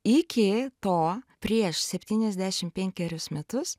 iki to prieš septyniasdešim penkerius metus